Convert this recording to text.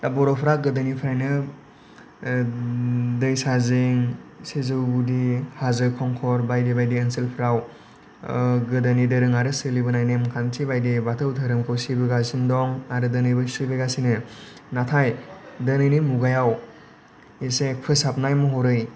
दा बर'फ्रा गोदोनिफ्रायनो ओ दैसाजिं सिजौ गुदि हाजो खंखर बायदि बायदि ओनसोलफोराव ओ गोदोनि दोरोङारि आरो सोलिबोनाय खान्थि बायदियै बाथौ धोरोमखौ सिबिगासिनो दं आरो दिनैबो सोलिगासिनो नाथाय दिनैनि मुगायाव एसे फोसाबनाय महरै